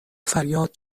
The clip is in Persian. فریاد